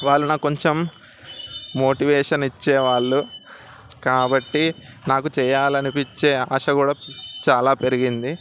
వాళ్ళు నాకు కొంచెం మోటివేషన్ ఇచ్చేవాళ్ళు కాబట్టి నాకు చేయలనిపించే ఆశ కూడా చాలా పెరిగింది